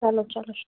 چلو چلو شُکر